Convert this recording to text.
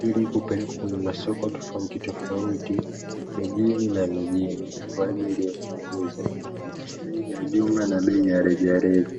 ili kupelekwa kwenye masoko tofautitofauti, vijijini na mijini kwa ajili ya kuuzwa kwa bei ya jumla na kwa bei ya rejareja.